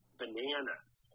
bananas